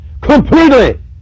completely